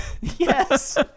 yes